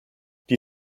die